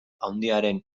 handiaren